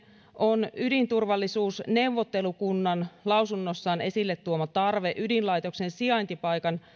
on ydinturvallisuusneuvottelukunnan lausunnossaan esille tuoma tarve ydinlaitoksen sijaintipaikan